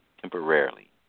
temporarily